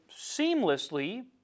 seamlessly